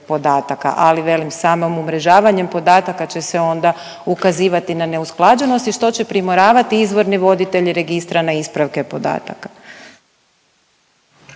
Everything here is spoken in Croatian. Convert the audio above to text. ali velim samom umrežavanjem podataka će se onda ukazivati na neusklađenost i što će primoravati izvorne voditelje registra na ispravke podataka.